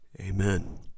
Amen